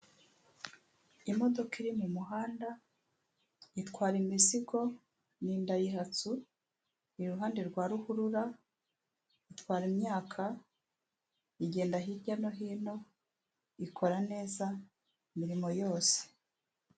Imodoka iri mu muhanda itwara imizigo ni indayihatsu, iruhande rwa ruhurura itwara imyaka, igenda hirya no hino ikora neza imirimo yose.